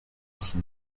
iki